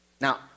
Now